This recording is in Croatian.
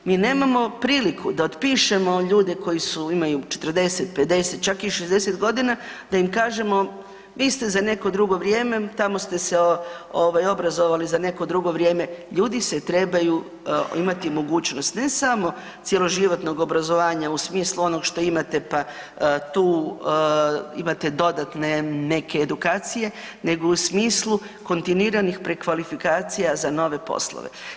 Mi nemamo priliku da otpišemo ljude koji imaju 40, 50 čak i 60 godina da im kažemo vi ste za neko drugo vrijeme tamo ste ovaj obrazovali za neko drugo vrijeme, ljudi se trebaju imati mogućnost ne samo cjeloživotnog obrazovanja u smislu onog što imate pa tu imate dodatne neke edukacije nego u smislu kontinuiranih prekvalifikacija za nove poslove.